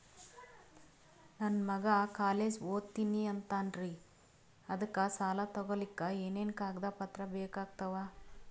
ನನ್ನ ಮಗ ಕಾಲೇಜ್ ಓದತಿನಿಂತಾನ್ರಿ ಅದಕ ಸಾಲಾ ತೊಗೊಲಿಕ ಎನೆನ ಕಾಗದ ಪತ್ರ ಬೇಕಾಗ್ತಾವು?